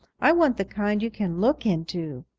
i want the kind you can look into,